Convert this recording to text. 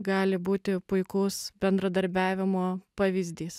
gali būti puikus bendradarbiavimo pavyzdys